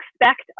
expect